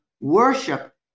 worship